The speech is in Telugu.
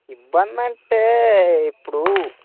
ఇబ్బందంటే ఇప్పుడూ